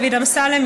דוד אמסלם,